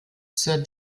sir